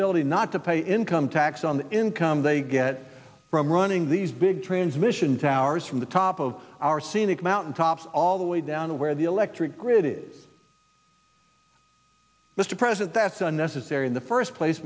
ability not to pay income tax on the income they get from running these big transmission towers from the top of our scenic mountain tops all the way down to where the electric grid is mr president that's unnecessary in the first place